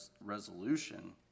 resolution